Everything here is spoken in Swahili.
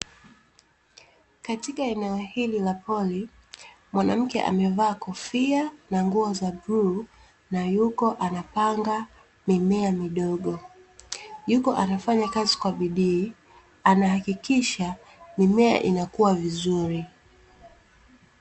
Katika eneo hili la pori, mwanamke amevaa kofia na nguo za bluu na yuko anapanga mimea midogo yuko anafanya kazi kwa bidii, anahakikisha mimea inakuwa vizuri.